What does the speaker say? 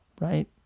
right